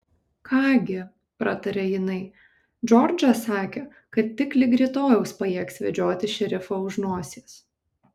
ką gi prataria jinai džordžą sakė kad tik lig rytojaus pajėgs vedžioti šerifą už nosies